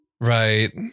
Right